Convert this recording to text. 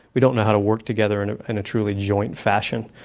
we don't know how to work together and in a truly joint fashion.